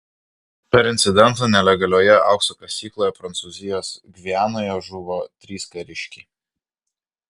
per incidentą nelegalioje aukso kasykloje prancūzijos gvianoje žuvo trys kariškiai